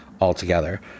altogether